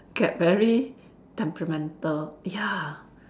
get very temperamental ya